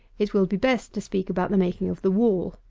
it will be best to speak about the making of the wall.